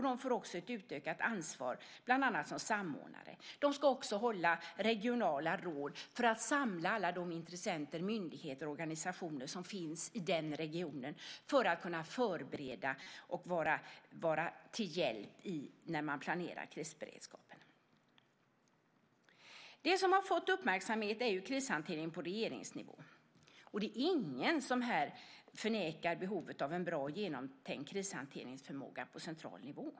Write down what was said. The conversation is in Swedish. De får ett utökat ansvar, bland annat som samordnare. De ska också ha regionala råd som samlar alla de intressenter, myndigheter och organisationer som finns i regionen för att kunna förbereda och vara till hjälp vid planeringen av krisberedskapen. Det som fått uppmärksamhet är krishanteringen på regeringsnivå, och ingen förnekar behovet av en bra och genomtänkt krishanteringsförmåga på central nivå.